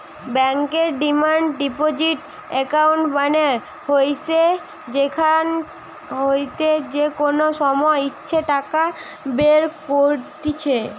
বেঙ্কর demand deposit account মানে হইসে যেখান হইতে যে কোনো সময় ইচ্ছে টাকা বের কত্তিছে